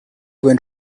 going